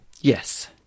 Yes